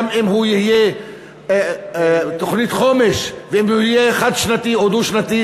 גם אם הוא יהיה תוכנית חומש ואם הוא יהיה חד-שנתי או דו-שנתי,